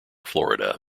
florida